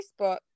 Facebook